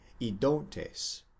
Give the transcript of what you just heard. idontes